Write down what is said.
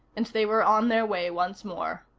and they were on their way once more.